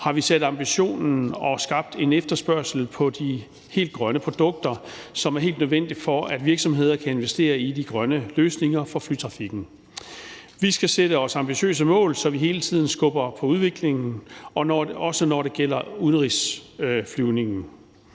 har vi sat ambitionen og skabt en efterspørgsel på de helt grønne produkter, som er helt nødvendig, for at virksomheder kan investere i de grønne løsninger for flytrafikken. Vi skal sætte os ambitiøse mål, så vi hele tiden skubber på udviklingen, også når det gælder udenrigsflyvningen.